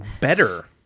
better